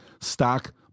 Stock